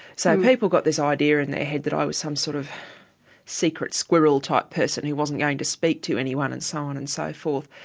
so people got this idea in their head that i was some sort of secret squirrel type person who wasn't going to speak to anyone and so on and so forth,